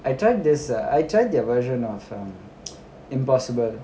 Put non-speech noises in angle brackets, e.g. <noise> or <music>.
I tried this err I tried their version of uh <noise> impossible